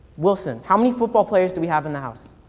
wilson. how many football players do we have in the house?